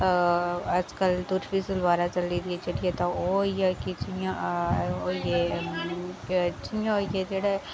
अजकल तरुफी सलवारां चली दियां ओह् होई गेइयां जि'यां होई गे जेह्ड़ा